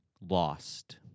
lost